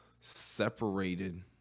separated